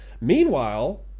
Meanwhile